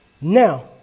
Now